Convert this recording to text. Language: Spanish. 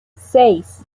seis